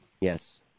Yes